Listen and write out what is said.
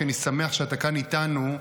כי אני שמח שאתה כאן איתנו.